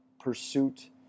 pursuit